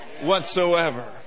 whatsoever